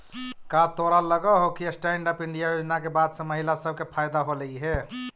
का तोरा लग हो कि स्टैन्ड अप इंडिया योजना के बाद से महिला सब के फयदा होलई हे?